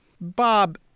Bob